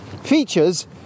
features